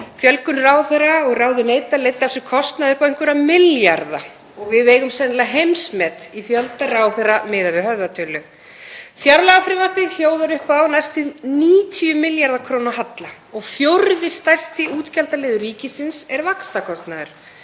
Fjölgun ráðherra og ráðuneyta leiddi af sér kostnað upp á einhverja milljarða og við eigum sennilega heimsmet í fjölda ráðherra miðað við höfðatölu. Fjárlagafrumvarpið hljóðar upp á næstum 90 milljarða kr. halla og fjórði stærsti útgjaldaliður ríkisins er vaxtakostnaður.